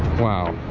wow